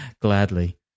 Gladly